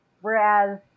Whereas